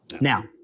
Now